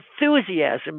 enthusiasm